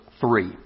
three